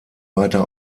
weiter